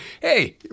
hey